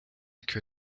que